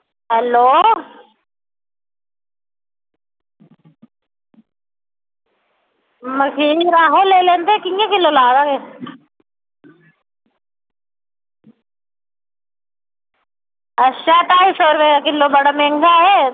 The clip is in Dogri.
हैलो मखीर आहो लेई लैंदे कि'यां किलो लाएदा एह् अच्छा ढाई सौ रपेआ किलो बड़ा मैंह्गा ऐ एह्